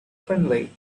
friendly